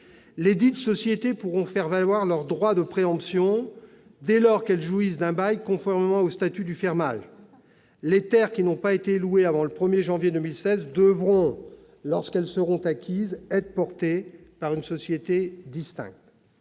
Lesdites sociétés pourront faire valoir leur droit de préemption, dès lors qu'elles jouissent d'un bail conformément au statut du fermage. Les terres qui n'ont pas été louées avant le 1 janvier 2016 devront, lorsqu'elles seront acquises, être portées par une société distincte.